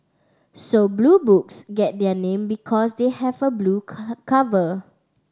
so Blue Books get their name because they have a blue cover